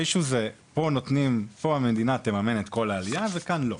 האישיו, פה המדינה תממן את כל העלייה וכאן לא.